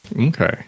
Okay